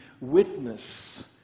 witness